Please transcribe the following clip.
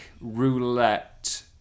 roulette